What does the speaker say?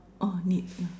orh need ya